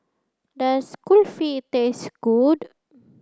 does Kulfi taste good